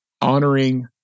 honoring